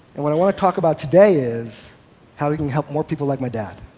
and what i want to talk about today is how we can help more people like my dad,